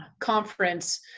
conference